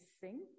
sing